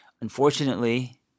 unfortunately